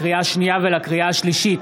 לקריאה השנייה ולקריאה השלישית: